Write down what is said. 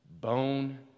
Bone